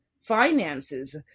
finances